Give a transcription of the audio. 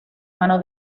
mano